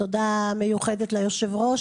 תודה מיוחדת ליו"ר,